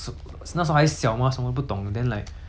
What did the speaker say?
哎大人的事大人做 lah !huh! 我